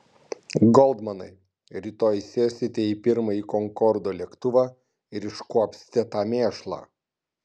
goldmanai rytoj sėsite į pirmąjį konkordo lėktuvą ir iškuopsite tą mėšlą